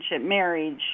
marriage